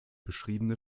beschriebene